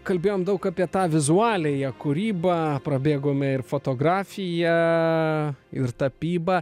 kalbėjom daug apie tą vizualiąją kūrybą prabėgome ir fotografiją ir tapybą